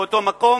באותו מקום.